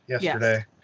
yesterday